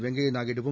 வெங்கைய நாயுடுவும்